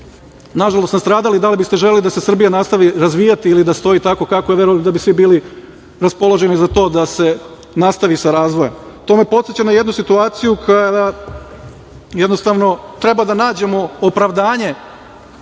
nažalost nastradali, da li biste želeli da se Srbija nastavi razvijati ili da stoji tako kako, verujem da biste bili raspoloženi za to da se nastavi sa razvojem. To me podseća na jednu situaciju kada jednostavno treba da nađemo opravdanje